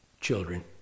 children